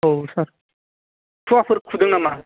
औ सार खुवाफोर खुदों नामा